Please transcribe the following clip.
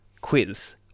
quiz